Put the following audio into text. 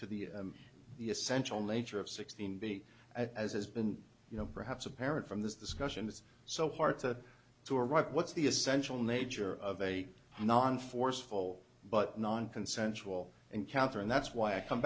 to the the essential nature of sixteen b as has been you know perhaps apparent from this discussion it's so hard to to a right what's the essential nature of a non forceful but nonconsensual encounter and that's why i come